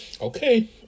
Okay